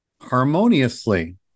harmoniously